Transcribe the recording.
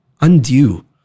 undue